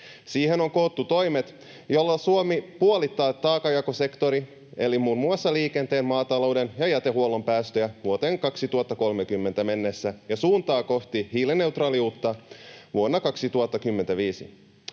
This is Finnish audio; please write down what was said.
Siihen on koottu toimet, joilla Suomi puolittaa taakanjakosektorin, eli muun muassa liikenteen, maatalouden ja jätehuollon, päästöjä vuoteen 2030 mennessä ja suuntaa kohti hiilineutraaliutta vuonna 2035.